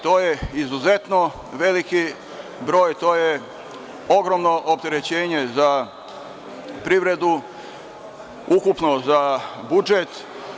To je izuzetno veliki broj, to je ogromno opterećenje za privredu, ukupno za budžet.